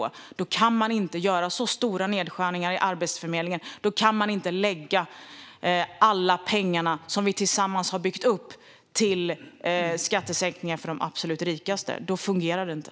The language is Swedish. Men då kan man inte göra stora nedskärningar på Arbetsförmedlingen och lägga alla våra gemensamma pengar på skattesänkningar till de absolut rikaste. Då fungerar det inte.